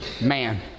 man